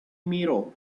mirror